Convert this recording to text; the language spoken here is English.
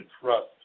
trust